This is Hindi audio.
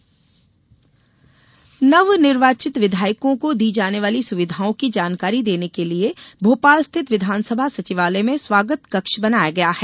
विधानसभा नवनिर्वाचित विधायकों को दी जाने वाली सुविधाओं की जानकारी देने के लिये विधानसभा सचिवालय में स्वागत कक्ष बनाया गया है